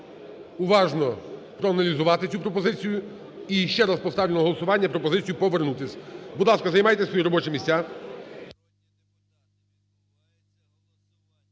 уважно проаналізувати цю пропозицію і ще раз поставлю на голосування пропозицію повернутись. Будь ласка, займайте свої робочі місця.